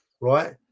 right